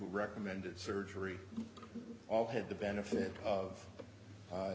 recommended surgery all had the benefit of